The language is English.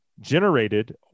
generated